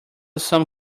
some